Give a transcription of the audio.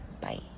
Bye